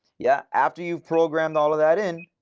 yeah, after you've programmed all of that in,